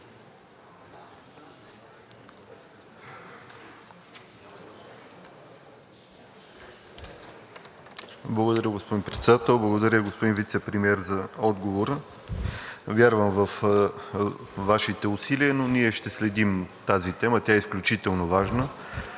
Благодаря, господин Председател. Благодаря, господин Вицепремиер, за отговора. Вярвам във Вашите усилия, но ние ще следим тази тема, тя е изключително важна.